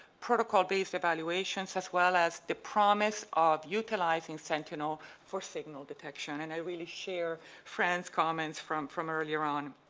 protocol-based evaluations, as well as the promise of utilizing sentinel for signal detection. and i really share fran's comments from from earlier on.